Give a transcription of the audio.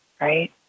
right